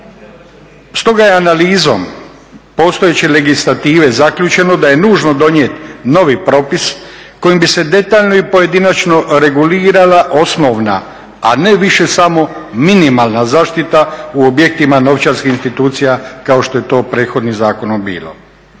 Stoga je analizom postojeće legislative zaključeno da je nužno donijeti novi propis kojim bi se detaljno i pojedinačno regulirala osnovna, a ne više samo minimalna zaštita u objektima novčarskih institucija kao što je to prethodnim zakonom bilo.